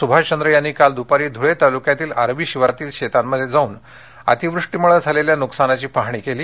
सुभाष चंद्र यांनी काल दुपारी धुळे तालुक्यातील आर्वी शिवारातील शेतांमध्ये जाऊन अतिवृष्टीमुळे झालेल्या नुकसानीची पाहणी केली